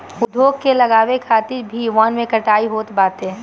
उद्योग के लगावे खातिर भी वन के कटाई होत बाटे